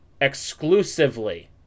Exclusively